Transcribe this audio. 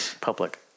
public